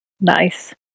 Nice